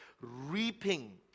reaping